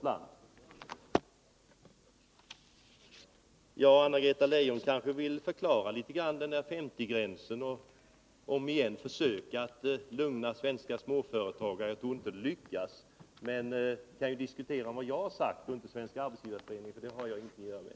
Anna-Greta Leijon kanske vill förklara hur det är med den där 50-gränsen och om igen försöka lugna svenska småföretagare. Jag tror inte att det lyckas, men vi kan ju diskutera vad jag har sagt och inte vad Svenska arbetsgivareföreningen har sagt, för det har jag ingenting att göra med.